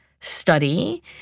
study